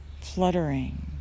fluttering